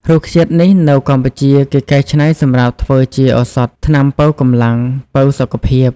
រុក្ខជាតិនេះនៅកម្ពុជាគេកែច្នៃសម្រាប់ធ្វើជាឱសថថ្នាំប៉ូវកម្លាំង ប៉ូវសុខភាព។